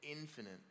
infinite